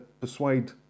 persuade